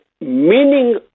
meaning